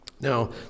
Now